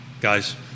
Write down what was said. guys